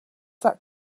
that